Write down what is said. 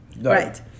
right